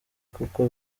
kuko